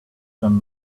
done